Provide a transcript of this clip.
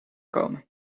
komen